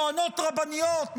טוענות רבניות,